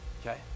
okay